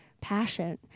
passion